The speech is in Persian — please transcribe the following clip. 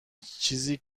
چیزی